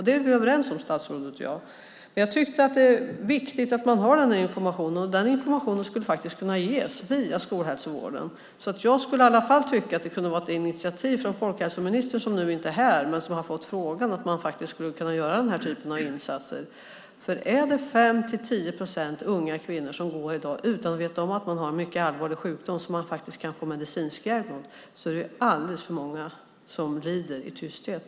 Det är statsrådet och jag överens om. Jag tycker att det är viktigt att man får den informationen och den skulle faktiskt kunna ges via skolhälsovården. Jag skulle i alla fall tycka att det kunde vara ett initiativ från folkhälsoministern, som inte är här men som har fått frågan, att faktiskt göra den typen av insatser. Är det 5-10 procent unga kvinnor som i dag inte vet om att de har en mycket allvarlig sjukdom som de faktiskt kan få medicinsk hjälp mot är det alldeles för många som lider i tysthet.